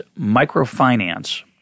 microfinance